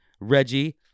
Reggie